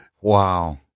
Wow